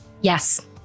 Yes